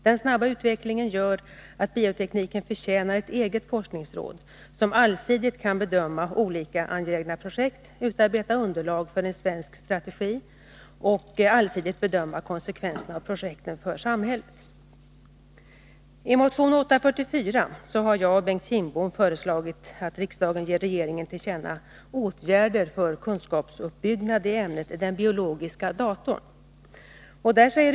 Den snabba utvecklingen gör att biotekniken förtjänar ett eget forskningsråd som allsidigt kan bedöma olika angelägna projekt, utarbeta underlag för en svensk strategi och allsidigt bedöma konsekvenser av projekten för samhället. I motionen 1982/83:844 har jag och Bengt Kindbom föreslagit att riksdagen ger regeringen till känna åtgärder för kunskapsuppbyggnad i ämnet Den biologiska datorn.